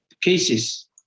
Cases